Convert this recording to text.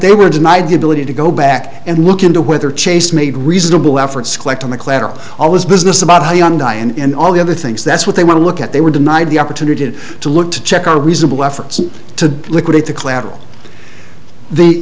they were denied the ability to go back and look into whether chase made reasonable efforts collect on the collateral always business about how young die and all the other things that's what they want to look at they were denied the opportunity to look to check on reasonable efforts to liquidate the collateral the